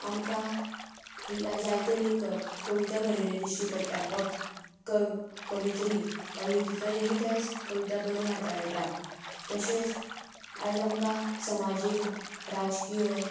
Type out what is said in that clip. आमकां ला जायते लेखक कविता बरयल्ले दिश्टी पडटा वा कव कवित्री वा लेखिका लेगीत आयज कविता बरोवंक हाताळटा तशेंच आयज आमकां समाजीक राजकीय